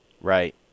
Right